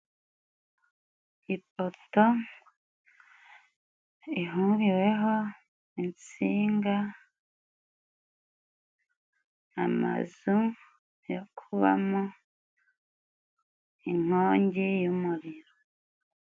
Ipoto ihuriweho insinga amazu yo kubamo inkongi y'umuriro.